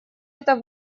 это